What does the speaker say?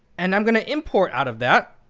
and i'm going to import out of that.